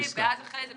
ואז אחרי זה,